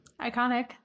iconic